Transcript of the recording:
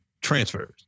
transfers